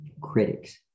critics